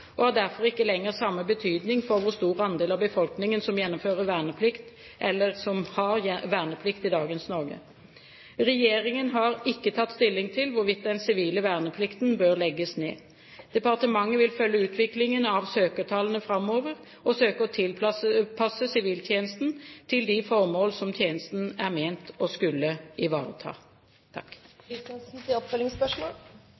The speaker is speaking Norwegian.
og har derfor ikke lenger samme betydning for hvor stor andel av befolkningen som gjennomfører – eller som har – verneplikt i dagens Norge. Regjeringen har ikke tatt stilling til hvorvidt den sivile verneplikten bør legges ned. Departementet vil følge utviklingen av søkertallene framover og søke å tilpasse siviltjenesten til de formål som tjenesten er ment å skulle ivareta.